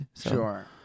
Sure